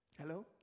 Hello